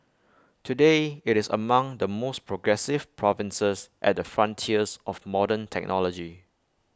today IT is among the most progressive provinces at the frontiers of modern technology